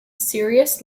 serious